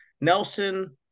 Nelson